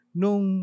nung